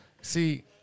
See